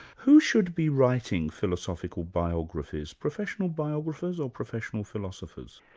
who should be writing philosophical biographies professional biographers or professional philosophers?